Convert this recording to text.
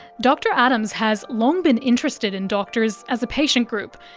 dr adams has long been interested in doctors as a patient group,